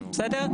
בסדר?